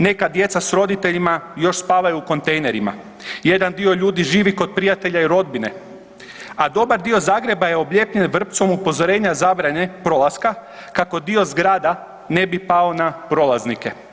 Neka djeca s roditeljima još spavaju u kontejnerima, jedan dio ljudi živi kod prijatelja i rodbine, a dobar dio Zagreba je oblijepljen vrpcom upozorenja zabrane prolaska kako dio zgrada ne bi pao na prolaznike.